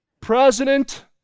President